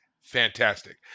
fantastic